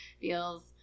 feels